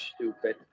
stupid